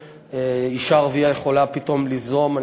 ואישה ערבייה יכולה פתאום ליזום שם,